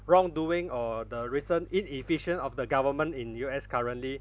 wrongdoing or the recent inefficient of the government in U_S currently